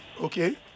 Okay